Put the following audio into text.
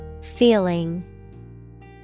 Feeling